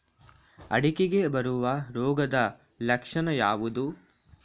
ಅಡಿಕೆಗೆ ಬರುವ ರೋಗದ ಲಕ್ಷಣ ಯಾವುದು?